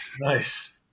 Nice